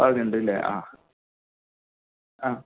പകുതിയുണ്ട് ഇല്ലേ ആ ആ